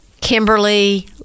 Kimberly